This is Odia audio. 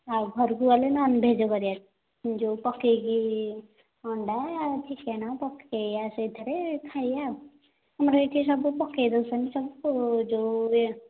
ଆଉ ଘରକୁ ଗଲେ ନନ୍ଭେଜ୍ କରିବା ଯେଉଁ ପକେଇକି ଅଣ୍ଡା ଚିକେନ୍ ପକେଇବା ସେଇଥିରେ ଖାଇବା ଆଉ ଆମର ଏଇଠି ସବୁ ପକେଇ ଦେଉଛନ୍ତି ସବୁ ଯେଉଁ ଏ